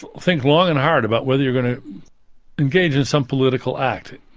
think long and hard about whether you're going to engage in some political act,